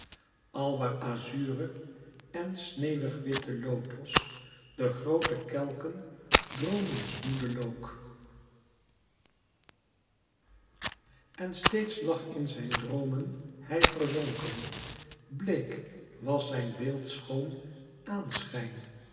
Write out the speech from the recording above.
alwaar azure en sneeuwigwitte lotos de groote kelken droomensmoede look en steeds lag in zijn droomen hij verzonken bleek was zijn beeldschoon aanschijn